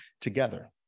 together